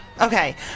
okay